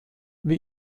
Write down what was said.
wie